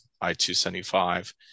I-275